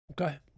Okay